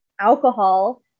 alcohol